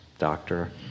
doctor